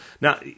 Now